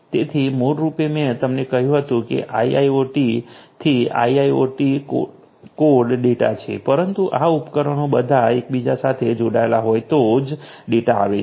તેથી મૂળરૂપે મેં તમને કહ્યું હતું કે આઇઆઇઓટી થી આઇઆઇઓટી કોડ ડેટા છે પરંતુ આ ઉપકરણો બધા એકબીજા સાથે જોડાયેલા હોય તો જ ડેટા આવે છે